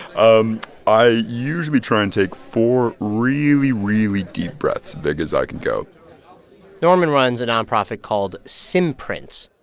um i usually try and take four really, really deep breaths big as i can go norman runs a nonprofit called simprints.